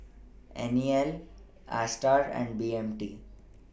N E L ASTAR and B M T